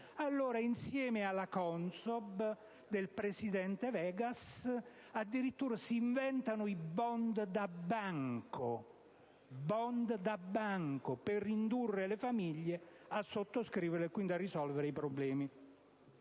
vuole, insieme alla CONSOB del presidente Vegas si inventano i *bond* da banco per indurre le famiglie a sottoscriverli e quindi risolvere i problemi